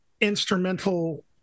instrumental